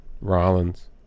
Rollins